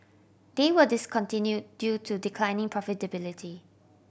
they were discontinued due to declining profitability